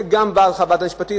זה גם בחוות דעת משפטית,